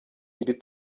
iri